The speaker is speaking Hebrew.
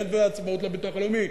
איזה עצמאות לביטוח הלאומי?